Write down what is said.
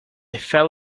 fell